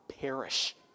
perish